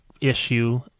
issue